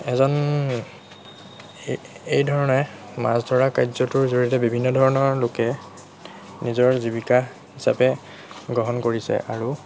এজন এই এইধৰণে মাছ ধৰা কাৰ্যটোৰ জৰিয়তে বিভিন্ন ধৰণৰ লোকে নিজৰ জীৱিকা হিচাপে গ্ৰহণ কৰিছে আৰু